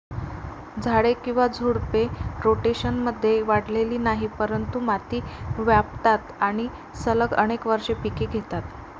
झाडे किंवा झुडपे, रोटेशनमध्ये वाढलेली नाहीत, परंतु माती व्यापतात आणि सलग अनेक वर्षे पिके घेतात